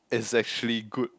is actually good